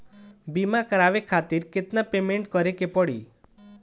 बीमा करावे खातिर केतना पेमेंट करे के पड़ी?